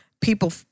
People